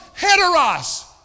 heteros